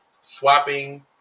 swapping